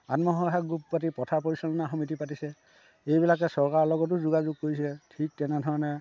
আত্মসহায়ক গোট পাতি পথাৰ পৰিচালনা সমিতি পাতিছে এইবিলাকে চৰকাৰৰ লগতো যোগাযোগ কৰিছে ঠিক তেনেধৰণে